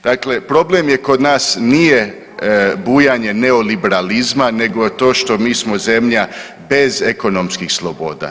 Dakle, problem je kod nas nije bujanje neoliberalizma nego je to što smo mi zemlja bez ekonomskih sloboda.